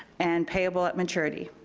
and payable at maturity.